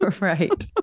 right